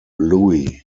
louie